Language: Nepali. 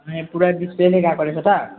अनि पुरा डिस्प्ले नै गएको रहेछ त